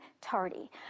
tardy